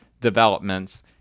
developments